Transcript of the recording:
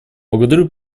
благодарю